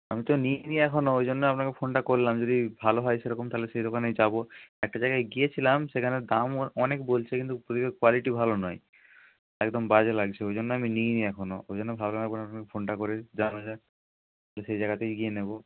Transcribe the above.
আমি তো নিই নি এখনও ওই জন্যই আপনাকে ফোনটা করলাম যদি ভালো হয় সেরকম তাহলে সে দোকানেই যাবো একটা জায়গায় গিয়েছিলাম সেখানে দাম অনেক বলছে কিন্তু প্রদীপের কোয়ালিটি ভালো নয় একদম বাজে লাগছে ওই জন্য আমি নিই নি এখনও ওই জন্য ভাবলাম একবার আপনাকে ফোনটা করে নিই জানা যাক তো সে জায়গাতেই গিয়ে নেব